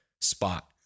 spot